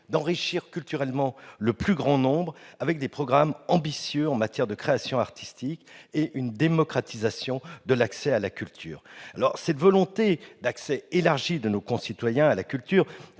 enrichir culturellement le plus grand nombre par des programmes ambitieux en matière de création artistique et une démocratisation de l'accès à la culture. Cette volonté d'accès élargi de nos concitoyens à la culture